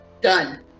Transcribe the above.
Done